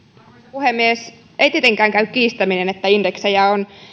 puhemies ei tietenkään käy kiistäminen että indeksejä on